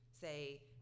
say